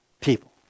people